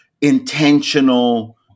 intentional